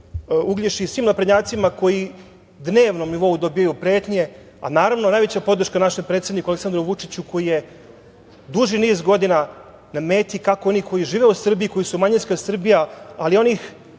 Uglješi i svim naprednjacima koji na dnevnom nivou dobijaju pretnje, a naravno najveća podrška našem predsedniku Aleksandru Vučiću koji je duži niz godina na meti kako onih koji žive u Srbiji koji su manjinska Srbija, ali i onih